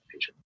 patient